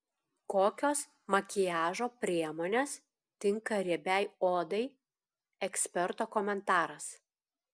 kokios makiažo priemonės tinka riebiai odai eksperto komentaras